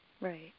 Right